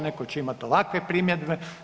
Netko će imati ovakve primjedbe.